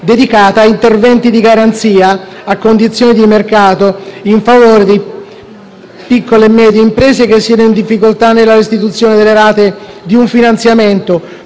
dedicata a interventi di garanzia a condizioni di mercato in favore di piccole e medie imprese che siano in difficoltà nella restituzione delle rate di un finanziamento